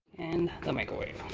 and the microwave.